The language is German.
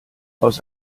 aus